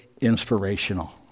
inspirational